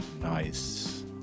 nice